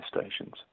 stations